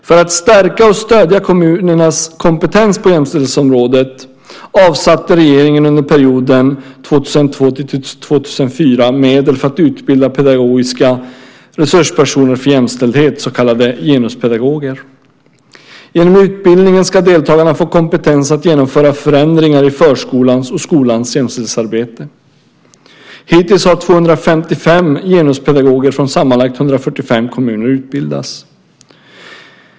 För att stärka och stödja kommunernas kompetens på jämställdhetsområdet avsatte regeringen under perioden 2002-2004 medel för att utbilda pedagogiska resurspersoner för jämställdhet, så kallade genuspedagoger. Genom utbildningen ska deltagarna få kompetens att genomföra förändringar i förskolans och skolans jämställdhetsarbete. Hittills har 255 genuspedagoger från sammanlagt 145 kommuner utbildats.